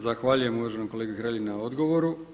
Zahvaljujem uvaženom kolegi Hrelji na odgovoru.